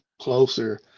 closer